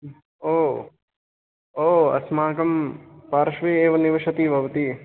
ओ ओ अस्माकं पार्श्वे एव निवसति भवती